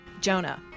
Jonah